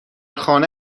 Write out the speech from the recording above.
خانه